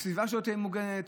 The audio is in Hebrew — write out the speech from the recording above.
שהסביבה שלו תהיה מוגנת.